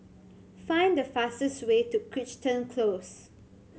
find the fastest way to Crichton Close